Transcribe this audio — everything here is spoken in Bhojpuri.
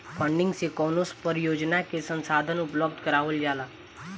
फंडिंग से कवनो परियोजना के संसाधन उपलब्ध करावल जाला